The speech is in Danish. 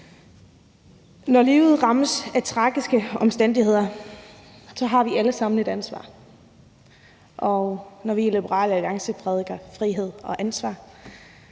i livet rammes af tragiske omstændigheder, har vi alle sammen et ansvar. Når vi i Liberal Alliance prædiker frihed og ansvar,